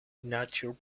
nature